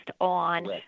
on